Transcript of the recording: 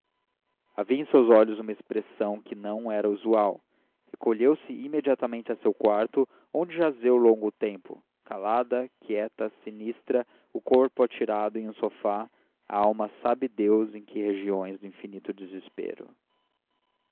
em seus olhos uma expressão que não era usual recolheu-se imediatamente a seu quarto onde jazeu longo tempo calada quieta sinistra o corpo atirado em um sofá a alma sabe deus em que regiões de infinito desespero